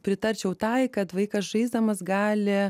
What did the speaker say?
pritarčiau tai kad vaikas žaisdamas gali